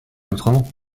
autrement